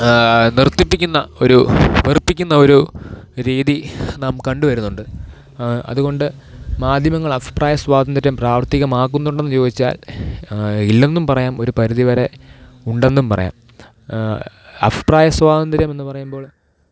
നിര്ത്തിപ്പിക്കുന്ന ഒരു വെറുപ്പിക്കുന്ന ഒരു രീതി നാം കണ്ടു വരുന്നുണ്ട് അതുകൊണ്ട് മാധ്യമങ്ങളഭിപ്രായ സ്വാതന്ത്ര്യം പ്രാവര്ത്തികമാക്കുന്നുണ്ടെന്നു ചോദിച്ചാല് ഇല്ലെന്നും പറയാം ഒരു പരിധിവരെ ഉണ്ടെന്നും പറയാം അഭിപ്രായ സ്വാതന്ത്ര്യമെന്നു പറയുമ്പോൾ